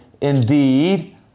indeed